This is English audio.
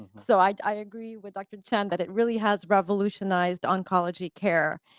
so i i agree with dr. chen that it really has revolutionized oncology care.